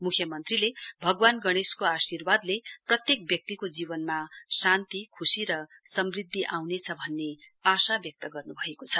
मुख्यमन्त्रीले भगवान गणेशको आर्शीवादले प्रत्येक व्यक्तिको जीवनमा शान्ति ख्रशी र समृद्धि आउनेछ भन्ने आशा व्यक्त गर्न्भएको छ